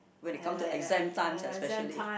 when it come to exam time especially